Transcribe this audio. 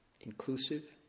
inclusive